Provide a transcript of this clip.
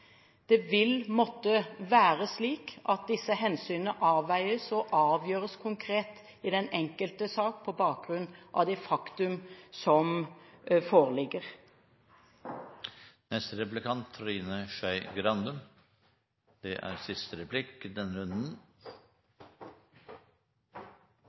Det vil måtte være slik at disse hensynene avveies og avgjøres konkret i den enkelte sak på bakgrunn av de fakta som foreligger. Jeg vet ikke om det er